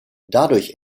dadurch